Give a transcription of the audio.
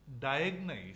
diagnose